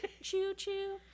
Choo-choo